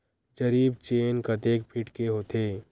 जरीब चेन कतेक फीट के होथे?